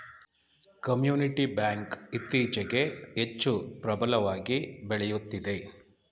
community bank ಇತ್ತೀಚೆಗೆ ಹೆಚ್ಚು ಪ್ರಬಲವಾಗಿ ಬೆಳೆಯುತ್ತಿದೆ